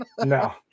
No